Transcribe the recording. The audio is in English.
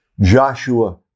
Joshua